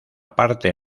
parte